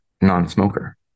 non-smoker